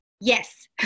yes